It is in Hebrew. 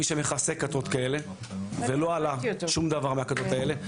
מי שמכסה כתות כאלה ולא עלה שום דבר מהכתות האלה.